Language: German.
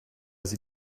sie